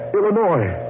Illinois